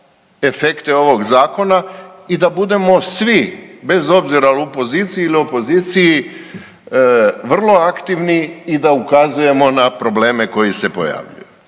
efekte ovog zakona i da budemo svi bez obzira je li u poziciji ili opoziciji vrlo aktivni i da ukazujemo na probleme koji se pojavljuju